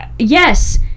yes